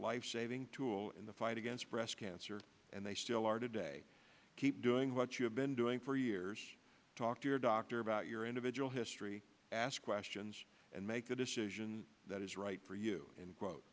lifesaving tool in the fight against breast cancer and they still are today keep doing what you have been doing for years talk to your doctor about your individual history ask questions and make a decision that is right for you and quote